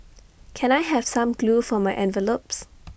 can I have some glue for my envelopes